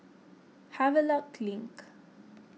Havelock Link